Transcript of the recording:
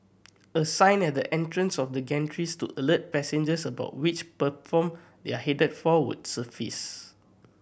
a sign at the entrance of the gantries to alert passengers about which they are headed for would suffice